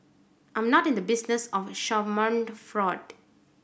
I am not in the business of schadenfreude